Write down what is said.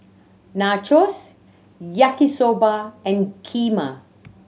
Nachos Yaki Soba and Kheema